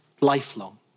lifelong